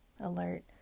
alert